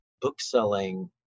bookselling